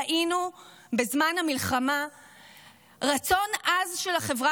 ראינו בזמן המלחמה רצון עז של החברה